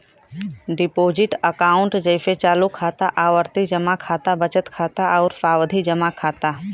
deposit account जइसे चालू खाता, आवर्ती जमा खाता, बचत खाता आउर सावधि जमा खाता